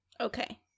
Okay